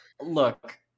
look